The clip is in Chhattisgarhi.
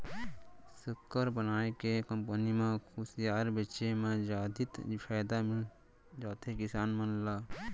सक्कर बनाए के कंपनी म खुसियार बेचे म जादति फायदा मिल जाथे किसान मन ल